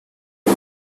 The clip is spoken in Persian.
این